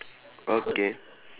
okay